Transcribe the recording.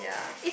yeah